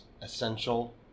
essential